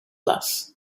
less